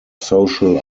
social